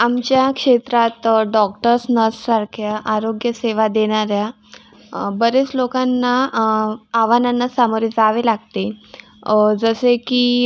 आमच्या क्षेत्रात डॉक्टर्स नर्ससारख्या आरोग्यसेवा देणाऱ्या बरेच लोकांना आव्हानांना सामोरे जावे लागते जसे की